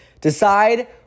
Decide